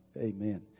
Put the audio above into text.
Amen